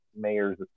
mayors